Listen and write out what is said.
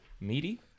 Meaty